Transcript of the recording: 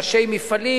ראשי מפעלים